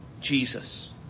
Jesus